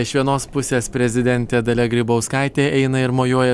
iš vienos pusės prezidentė dalia grybauskaitė eina ir mojuoja